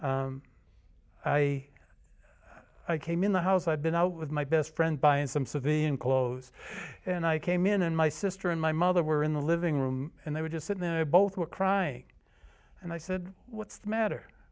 but i i came in the house i've been out with my best friend buying some civilian clothes and i came in and my sister and my mother were in the living room and they were just sitting there both were crying and i said what's the matter